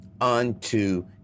unto